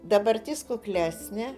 dabartis kuklesnė